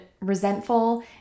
resentful